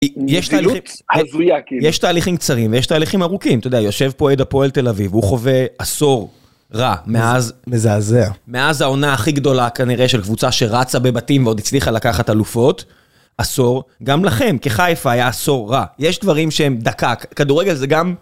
יש תהליכים, מציאות הזויה, יש תהליכים קצרים ויש תהליכים ארוכים. אתה יודע, יושב פה אוהד הפועל תל אביב, הוא חווה עשור רע מאז... מזעזע. ...מאז העונה הכי גדולה כנראה של קבוצה שרצה בבתים ועוד הצליחה לקחת אלופות, עשור, גם לכם, כחיפה היה עשור רע. יש דברים שהם דקה, כדורגל זה גם...